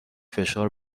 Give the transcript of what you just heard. فشار